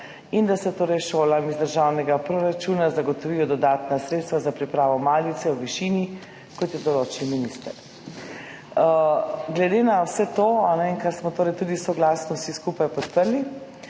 in da se torej šolam iz državnega proračuna zagotovijo dodatna sredstva za pripravo malice v višini, kot jo določi minister. Glede na vse to, kar smo tudi soglasno vsi skupaj podprli,